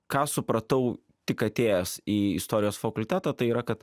ką supratau tik atėjęs į istorijos fakultetą tai yra kad